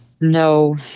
No